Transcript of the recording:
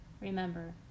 remember